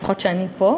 לפחות כשאני פה.